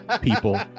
people